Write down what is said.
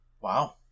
Wow